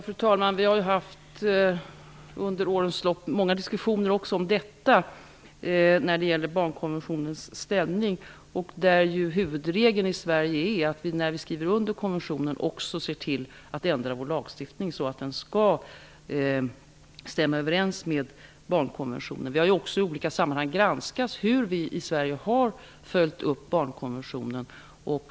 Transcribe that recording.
Fru talman! Det har under årens lopp förts många diskussioner också om barnkonventionens ställning. Huvudregeln i Sverige är att vi, när vi skriver under en konvention, också ser till att vi ändrar vår lagstiftning så att den överensstämmer med konventionen. Man har i olika sammanhang granskat hur vi i Sverige har följt upp barnkonventionen.